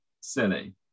silly